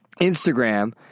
Instagram